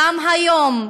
גם היום,